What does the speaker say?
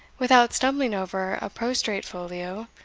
without stumbling over a prostrate folio,